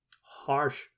harsh